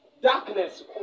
darkness